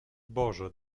boże